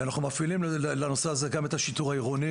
אנחנו מפעילים בנושא הזה גם את השיטור העירוני